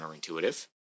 counterintuitive